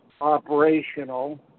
operational